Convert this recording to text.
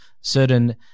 certain